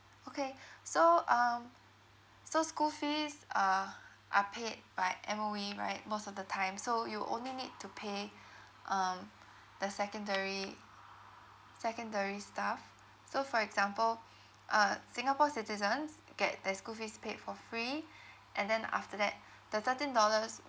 okay so um so school fees uh are paid by M_O_E right most of the time so you only need to pay um the secondary secondary stuff so for example uh singapore citizens get their school fees paid for free and then after that the thirteen dollars